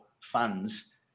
fans